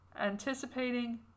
anticipating